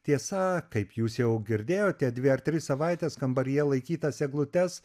tiesa kaip jūs jau girdėjote dvi ar tris savaites kambaryje laikytas eglutes